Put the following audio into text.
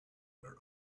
their